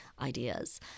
ideas